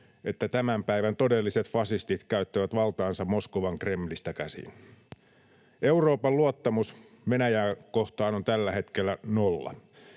että tämän päivän todelliset fasistit käyttävät valtaansa Moskovan Kremlistä käsin. Euroopan luottamus Venäjää kohtaan on tällä hetkellä nolla.